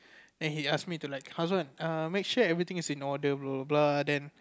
then he ask me to like Hasan err make sure everything is in order bro blah then